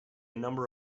number